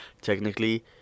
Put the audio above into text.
technically